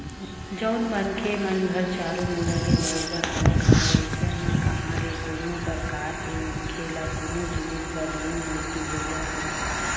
जउन मनखे मन घर चारो मुड़ा ले बरोबर आवक हवय अइसन म कहाँ ले कोनो परकार के मनखे ल कोनो जिनिस बर लोन लेके जरुरत हवय